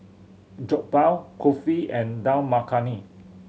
Jokbal Kulfi and Dal Makhani